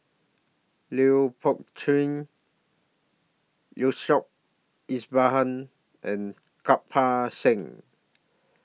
Lui Pao Chuen Yaacob Ibrahim and Kirpal Singh